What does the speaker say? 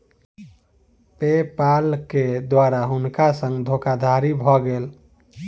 पे पाल के द्वारा हुनका संग धोखादड़ी भ गेल